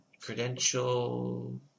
credential